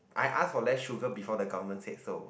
I ask for less sugar before the government said so